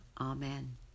Amen